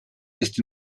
ist